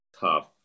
tough